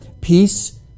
peace